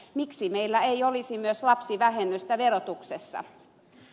miksi meillä ei olisi myös lapsivähennystä verotuksessa